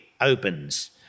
opens